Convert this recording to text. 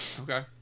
Okay